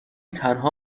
تنها